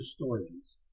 historians